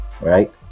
right